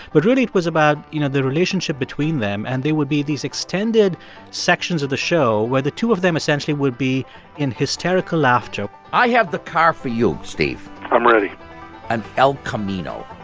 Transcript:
but really it was about, you know, the relationship between them. and there would be these extended sections of the show where the two of them essentially would be in hysterical laughter i have the car for you, steve i'm ready an el camino